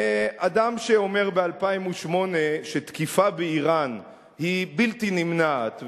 אדם שאומר ב-2008 שתקיפה באירן היא בלתי נמנעת,